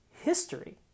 history